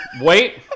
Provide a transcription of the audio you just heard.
wait